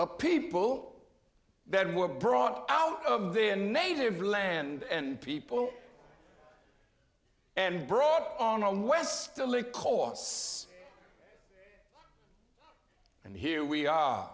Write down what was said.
the people that were brought out of their native land and people and brought on on west still a course and here we are